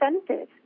incentive